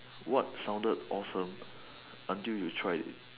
what sounded awesome until now try it